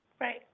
Right